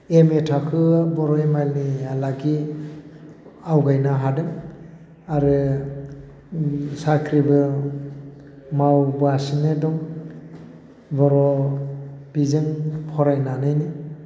M A थाखो बर' M I L नि हालागि आवगायनो हादों आरो साख्रिबो मावगासिनो दं बर' बिजों फरायनानैनो